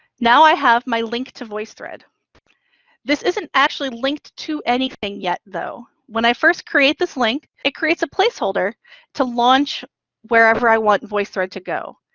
now i have my link to voicethread. this isn't actually linked to anything yet, though. when i first create this link, it creates a placeholder to launch wherever i want voicethread to go.